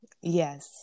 Yes